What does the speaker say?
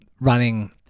running